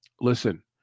listen